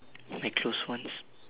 my close ones